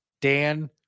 Dan